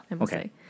okay